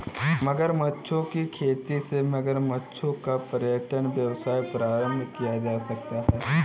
मगरमच्छों की खेती से मगरमच्छों का पर्यटन व्यवसाय प्रारंभ किया जा सकता है